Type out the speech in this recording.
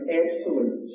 absolute